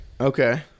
Okay